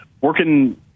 working